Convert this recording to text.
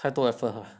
太多 effort ah